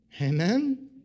Amen